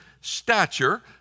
stature